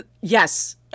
Yes